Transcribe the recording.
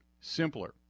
simpler